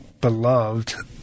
beloved